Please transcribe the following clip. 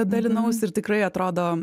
dalinausi ir tikrai atrodo